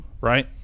right